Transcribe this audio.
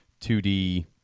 2D